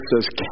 says